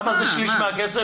כמה זה שליש מהכסף?